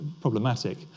problematic